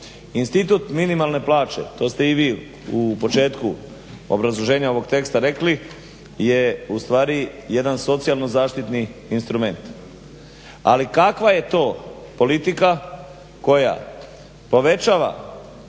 institut minimalne plaće to ste i vi u početku obrazloženja ovog teksta rekli, je ustvari jedan socijalno zaštitni instrument. Ali kakva je to politika koja povećava